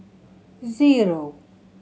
zero